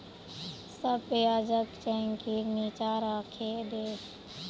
सब प्याजक चौंकीर नीचा राखे दे